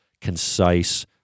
concise